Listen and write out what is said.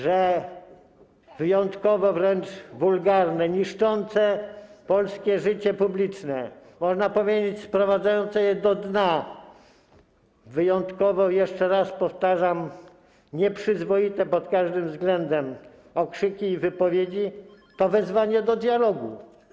że wyjątkowo wręcz wulgarne, niszczące polskie życie publiczne, można powiedzieć sprowadzające je na dno, wyjątkowo, jeszcze raz powtarzam, nieprzyzwoite pod każdym względem okrzyki i wypowiedzi, to wezwanie do dialogu.